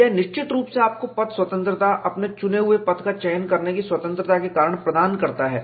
यह निश्चित रूप से आपको पथ स्वतंत्रता अपने चुने हुए पथ का चयन करने की स्वतंत्रता के कारण प्रदान करता है